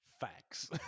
Facts